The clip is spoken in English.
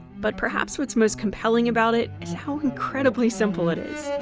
but perhaps what's most compelling about it is how incredibly simple it is.